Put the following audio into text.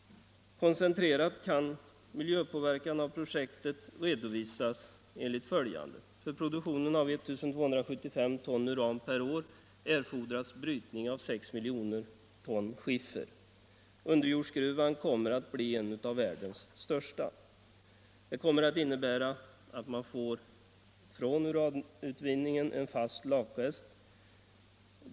Koncentrerat kan miljöpåverkan av projektet redovisas enligt följande. För produktion av I 275 ton uran per år erfordras brytning av 6 miljoner ton skiffer. Underjordsgruvan kommer att bli en av världens största. Från uranutvinningen kommer man att få en fast återstod, lakresten.